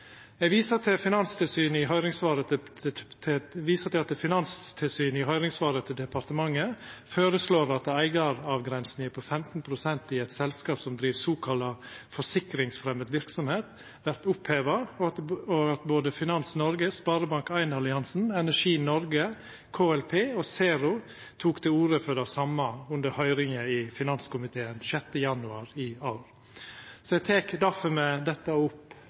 viser til at Finanstilsynet i høyringssvaret til departementet føreslår at eigaravgrensinga på 15 pst. i eit selskap som driv «forsikringsfremmed virksomhet», vert oppheva, og at både Finans Norge, Sparebank 1-alliansen, Energi Norge, KLP og ZERO tok til orde for det same under høyringa i finanskomiteen 6. januar i år. Eg tek difor med dette opp